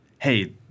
hey